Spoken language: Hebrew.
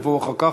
יבואו אחר כך.